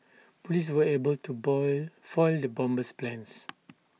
Police were able to boil foil the bomber's plans